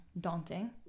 daunting